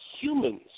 humans